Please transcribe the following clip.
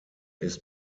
ist